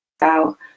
out